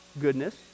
goodness